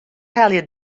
helje